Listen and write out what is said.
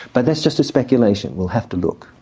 but that's just a speculation we'll have to look.